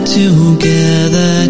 together